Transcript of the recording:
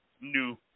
new